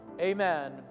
amen